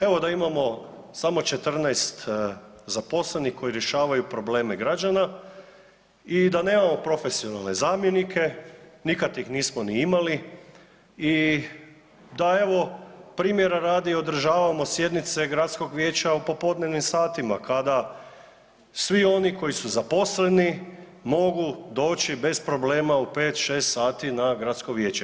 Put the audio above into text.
Evo da imamo samo 14 zaposlenih koji rješavaju probleme građana i da nemamo profesionalne zamjenike, nikad ih nismo ni imali i da evo primjera radi održavamo sjednice gradskog vijeća u popodnevnim satima kada svi oni koji su zaposleni mogu doći bez problema u pet, šest sati na gradsko vijeće.